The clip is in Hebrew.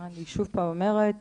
אני עוד פעם אומרת,